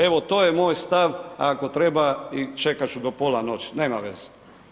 Evo, to je moj stav, a ako treba i čekat ću do pola noći, nema veze.